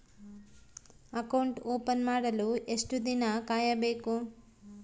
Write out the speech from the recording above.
Account open ಮಾಡಲು ಎಷ್ಟು ದಿನ ಕಾಯಬೇಕು?